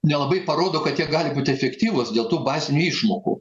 nelabai parodo kad jie gali būti efektyvūs dėl tų bazinių išmokų